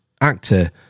actor